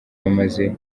bamaze